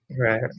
Right